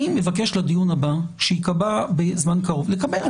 אני מבקש לדיון הבא שיקבע בזמן קרוב, לקבל.